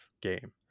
game